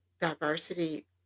diversity